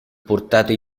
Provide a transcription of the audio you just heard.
portato